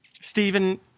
Stephen